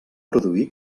produir